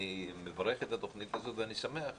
אני מברך את התוכנית הזאת ואני שמח עליה.